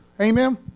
Amen